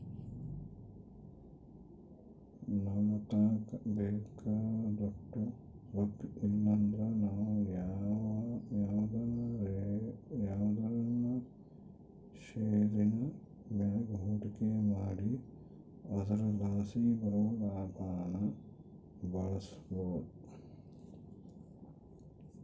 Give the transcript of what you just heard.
ನಮತಾಕ ಬೇಕಾದೋಟು ರೊಕ್ಕ ಇಲ್ಲಂದ್ರ ನಾವು ಯಾವ್ದನ ಷೇರಿನ್ ಮ್ಯಾಗ ಹೂಡಿಕೆ ಮಾಡಿ ಅದರಲಾಸಿ ಬರೋ ಲಾಭಾನ ಬಳಸ್ಬೋದು